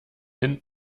hin